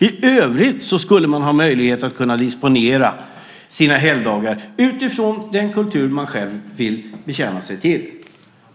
I övrigt skulle man ha möjlighet att disponera sina helgdagar utifrån den kultur man själv vill bekänna sig till.